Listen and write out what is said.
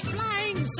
Flying